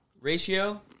ratio